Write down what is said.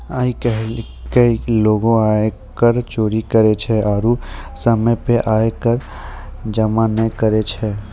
आइ काल्हि लोगें आयकर चोरी करै छै आरु समय पे आय कर जमो नै करै छै